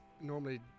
normally